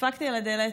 דפקתי על הדלת,